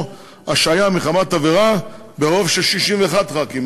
או השעיה מחמת עבירה ברוב של 61 ח"כים.